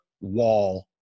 wall